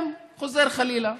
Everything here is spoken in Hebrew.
וחוזר חלילה.